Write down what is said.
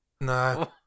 No